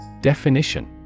Definition